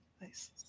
Nice